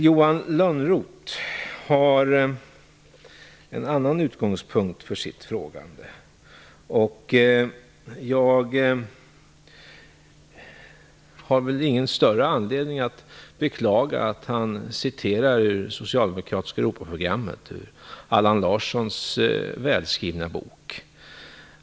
Johan Lönnroth har en annan utgångspunkt för sitt frågande. Jag har väl ingen större anledning att beklaga att han citerar det socialdemokratiska Europaprogrammet i Allan Larssons välskrivna bok.